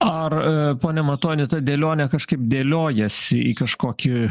ar pone matoni ta dėlionė kažkaip dėliojasi į kažkokį